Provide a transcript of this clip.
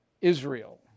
Israel